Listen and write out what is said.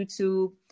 youtube